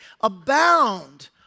abound